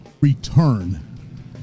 return